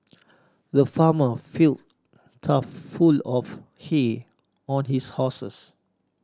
the farmer filled trough full of hay on his horses